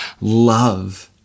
love